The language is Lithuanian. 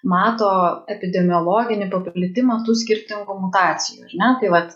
mato epidemiologinį paplitimą tų skirtingų mutacijų ar ne tai vat